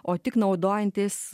o tik naudojantis